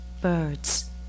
birds